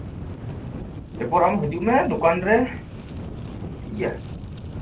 ᱮᱨᱯᱚᱨ ᱟᱢ ᱦᱤᱡᱩᱜ ᱢᱮ ᱫᱚᱠᱟᱱ ᱨᱮ ᱴᱷᱤᱠᱜᱮᱭᱟ